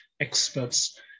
experts